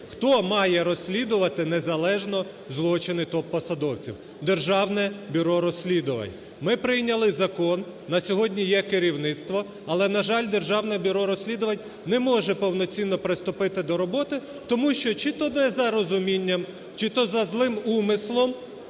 Хто має розслідувати незалежно злочини топ-посадовців? Державне бюро розслідувань. Ми прийняли закон, на сьогодні є керівництво, але, на жаль, Державне бюро розслідувань не може повноцінно приступити до роботи, тому що чи то за розумінням, чи то за злим умислом